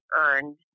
earned